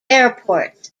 airports